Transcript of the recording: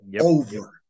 over